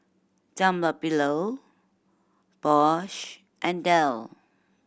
Dunlopillo Bosch and Dell